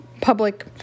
public